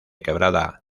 quebrada